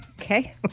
Okay